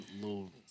little